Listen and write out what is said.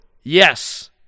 yes